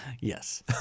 Yes